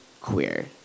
queer